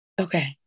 Okay